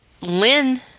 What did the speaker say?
Lynn